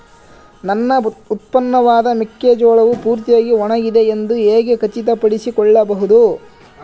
ನನ್ನ ಉತ್ಪನ್ನವಾದ ಮೆಕ್ಕೆಜೋಳವು ಪೂರ್ತಿಯಾಗಿ ಒಣಗಿದೆ ಎಂದು ಹೇಗೆ ಖಚಿತಪಡಿಸಿಕೊಳ್ಳಬಹುದು?